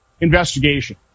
investigation